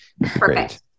perfect